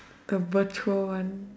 the virtual one